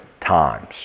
times